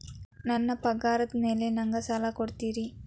ನನ್ನ ಪಗಾರದ್ ಮೇಲೆ ನಂಗ ಸಾಲ ಕೊಡ್ತೇರಿ?